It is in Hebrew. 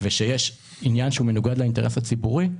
וכאשר יש עניין שמנוגד לאינטרס הציבורי,